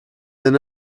than